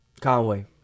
Conway